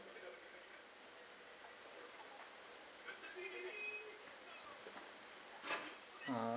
orh